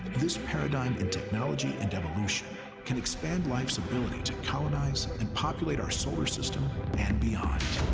this paradigm in technology and evolution can expand life's ability to colonize and populate our solar system and beyond,